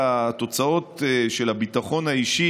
התוצאות של הביטחון האישי,